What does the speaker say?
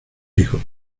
hijos